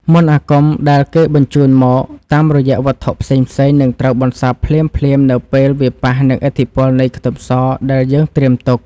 មន្តអាគមដែលគេបញ្ជូនមកតាមរយៈវត្ថុផ្សេងៗនឹងត្រូវបន្សាបភ្លាមៗនៅពេលវាប៉ះនឹងឥទ្ធិពលនៃខ្ទឹមសដែលយើងត្រៀមទុក។